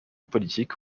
politique